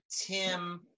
Tim